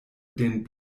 den